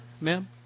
ma'am